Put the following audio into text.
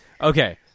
Okay